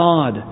God